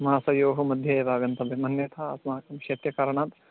मासयोः मध्ये एव आगन्तव्यम् अन्यथा अस्माकं शैत्यकारणात्